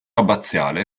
abbaziale